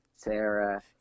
Sarah